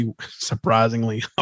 Surprisingly